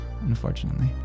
Unfortunately